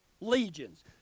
legions